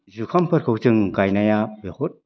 जुखाम फोरखौ जों गायनाया बहुद